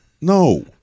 No